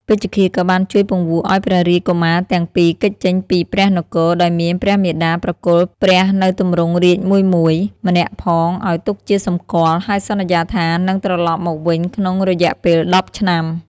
ពេជ្ឈឃាតក៏បានជួយពង្វក់ឱ្យព្រះរាជកុមារទាំងពីរគេចចេញពីព្រះនគរ ដោយមានព្រះមាតាប្រគល់ព្រះនូវទម្រង់រាជ្យមួយៗ ម្នាក់ផងឱ្យទុកជាសម្គាល់ ហើយសន្យាថានឹងត្រឡប់មកវិញក្នុងរយៈពេល ១០ ឆ្នាំ។